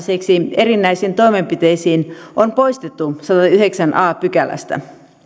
erinäisiin toimenpiteisiin on poistettu sadannestayhdeksännestä a pykälästä